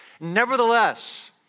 Nevertheless